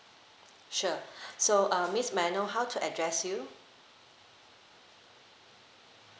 sure so uh miss may I know how to address you